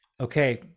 Okay